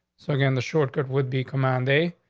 so again, the short cut with the command day.